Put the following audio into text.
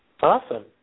Awesome